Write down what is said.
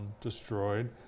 destroyed